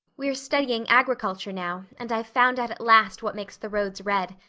we're studying agriculture now and i've found out at last what makes the roads red.